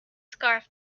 scarf